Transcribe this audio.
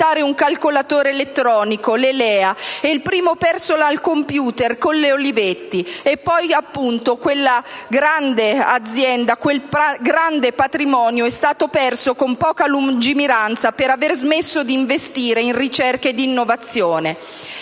un calcolatore elettronico, l'ELEA, e il primo *personal computer*, con l'Olivetti. E poi, appunto, quella grande azienda, quel grande patrimonio è stato perso con poca lungimiranza per aver smesso di investire in ricerca ed innovazione.